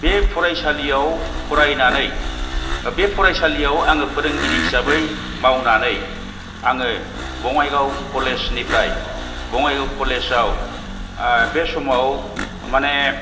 बे फरायसालियाव फरायनानै बे फरायसालियाव आङो फोरोंगिरि हिसाबै मावनानै आङो बङाइगाव कलेजनिफ्राय बङाइगाव कलेजाव बे समाव माने